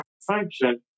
function